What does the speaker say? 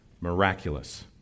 miraculous